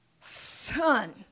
Son